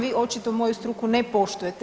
Vi očito moju struku ne poštujete.